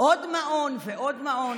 עוד מעון ועוד מעון.